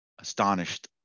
astonished